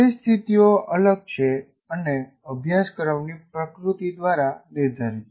પરિસ્થિતિઓ અલગ છે અને અભ્યાસક્રમની પ્રકૃતિ દ્વારા નિર્ધારિત છે